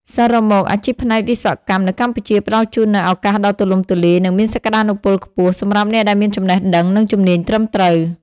សរុបមក អាជីពផ្នែកវិស្វកម្មនៅកម្ពុជា ផ្តល់ជូននូវ ឱកាសដ៏ទូលំទូលាយ និងមានសក្ដានុពលខ្ពស់ សម្រាប់អ្នកដែលមានចំណេះដឹង និងជំនាញត្រឹមត្រូវ។